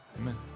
Amen